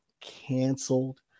canceled